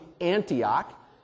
Antioch